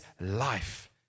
life